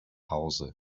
hause